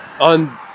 on